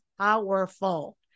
powerful